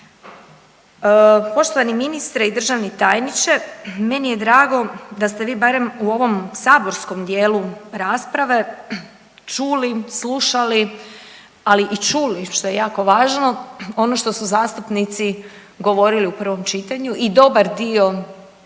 Poštovani ministre i državni tajniče, meni je drago da ste vi barem u ovom saborskom dijelu rasprave čuli, slušali, ali i čuli što je jako važno ono što su zastupnici govorili u prvom čitanju i dobar dio